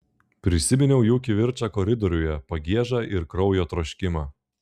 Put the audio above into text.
prisiminiau jų kivirčą koridoriuje pagiežą ir kraujo troškimą